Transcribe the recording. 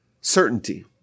certainty